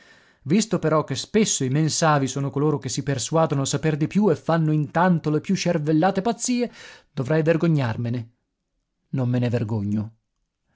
visto però che spesso i men savii sono coloro che si persuadono saper più e fanno intanto le più scervellate pazzie dovrei vergognarmene non me ne vergogno